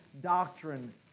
doctrine